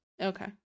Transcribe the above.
Okay